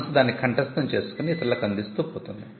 మనస్సు దానిని కంఠస్థం చేసుకుని ఇతరులకు అందిస్తూ పోతుంది